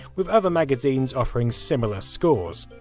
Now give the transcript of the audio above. with other magazines offering similar scores.